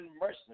mercy